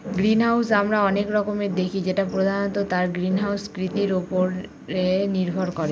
greenhouse আমরা অনেক রকমের দেখি যেটা প্রধানত তার গ্রিনহাউস কৃতির উপরে নির্ভর করে